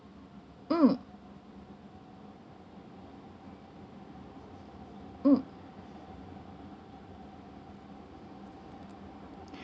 mm mm